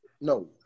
No